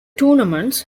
tournaments